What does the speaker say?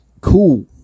cool